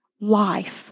life